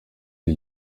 die